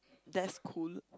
that's cool